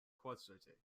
quartzite